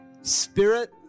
Spirit